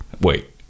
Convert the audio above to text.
Wait